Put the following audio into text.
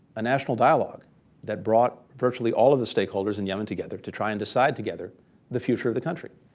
a national dialogue that brought virtually all of the stakeholders in yemen together to try and decide together the future of the country,